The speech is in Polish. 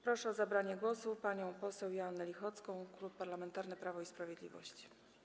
Proszę o zabranie głosu panią poseł Joannę Lichocką, Klub Parlamentarny Prawo i Sprawiedliwość.